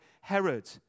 Herod